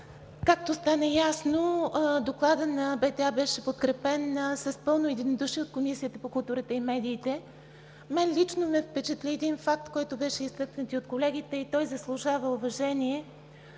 Както стана ясно, Докладът на БТА беше подкрепен с пълно единодушие от Комисията по културата и медиите. Лично мен ме впечатли един факт, който беше изтъкнат и от колегите, и той заслужава уважение.